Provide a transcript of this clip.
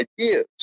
ideas